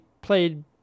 played